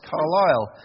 Carlyle